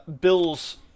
Bill's